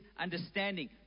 understanding